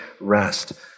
rest